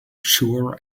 sure